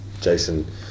Jason